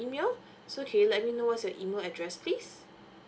so can you let me know what's your email address please